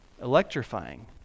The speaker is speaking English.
electrifying